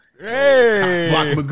Hey